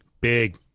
big